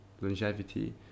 longevity